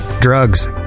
Drugs